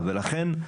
הערה נכונה.